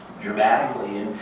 dramatically.